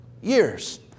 years